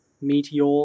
Meteor